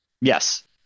Yes